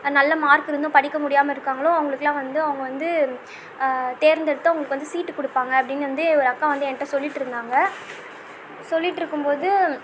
நல்ல மார்க்கிருந்தும் படிக்கமுடியாமல் இருக்காங்களோ அவங்களுக்கெல்லாம் வந்து அவங்க வந்து தேர்ந்தெடுத்து அவங்களுக்கு வந்து சீட்டு கொடுப்பாங்க அப்படின்னு வந்து ஒரு அக்கா வந்து என்கிட்ட சொல்லிட்டிருந்தாங்க சொல்லிட்டிருக்கும்போது